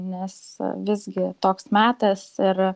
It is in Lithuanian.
nes visgi toks metas ir